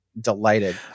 delighted